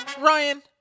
Ryan